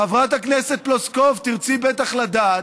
חברת הכנסת פלוסקוב, תרצי בטח לדעת,